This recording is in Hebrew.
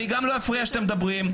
גם לא אפריע כשאתם מדברים,